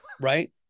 Right